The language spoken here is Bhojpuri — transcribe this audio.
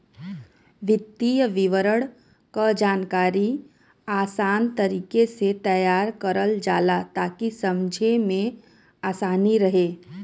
वित्तीय विवरण क जानकारी आसान तरीके से तैयार करल जाला ताकि समझे में आसानी रहे